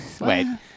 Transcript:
Wait